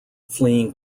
fleeing